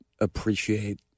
appreciate